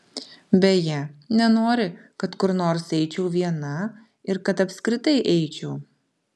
beje nenori kad kur nors eičiau viena ir kad apskritai eičiau